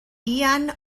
ian